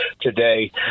today